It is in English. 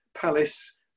palace